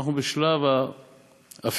אנחנו בשלב האפייה,